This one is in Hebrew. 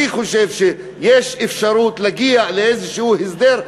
אני חושב שיש אפשרות להגיע לאיזשהו הסדר,